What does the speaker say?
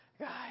Guys